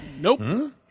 nope